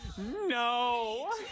No